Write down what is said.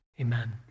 Amen